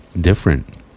different